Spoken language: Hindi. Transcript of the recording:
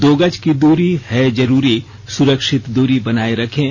दो गज की दूरी है जरूरी सुरक्षित दूरी बनाए रखें